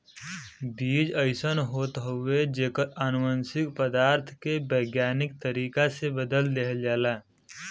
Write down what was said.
बीज अइसन होत हउवे जेकर अनुवांशिक पदार्थ के वैज्ञानिक तरीका से बदल देहल जाला